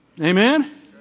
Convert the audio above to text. Amen